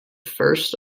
first